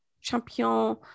champion